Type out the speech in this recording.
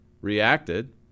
reacted